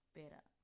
better